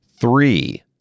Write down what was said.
Three